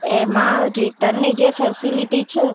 એમાં રિટર્નની જે ફૅસિલીટી છે